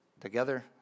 Together